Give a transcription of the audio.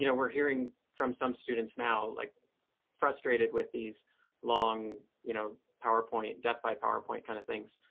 you know we're hearing from some students now like frustrated with these long, you know, powerpoint death by powerpoint kind of things.